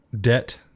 debt